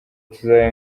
tuzabe